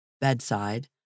bedside